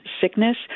sickness